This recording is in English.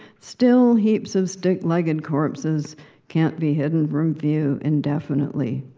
still, heaps of stick-legged and corpses can't be hidden from view indefinitely.